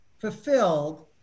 fulfilled